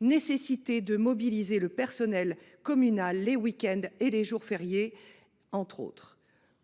nécessité de mobiliser le personnel communal les week ends et les jours fériés.